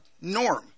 norm